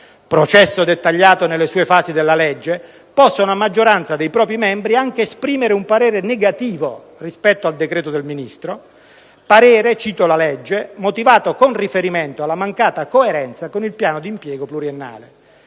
(processo dettagliato nelle sue fasi dalla legge), possono, a maggioranza dei propri membri, anche esprimere un parere negativo rispetto al decreto del Ministro: parere - cito la legge - «motivato con riferimento alla mancata coerenza con il piano di impiego pluriennale».